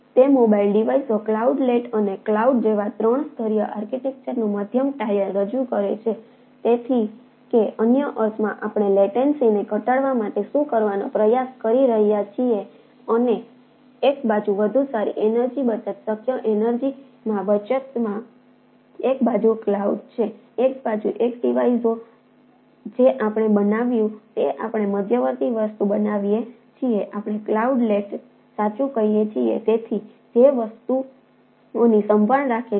તે મોબાઇલ ડિવાઇસો ક્લાઉડલેટ સાચું કહીએ છીએ તેથી જે વસ્તુઓની સંભાળ રાખે છે